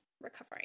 recovery